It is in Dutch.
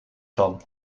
van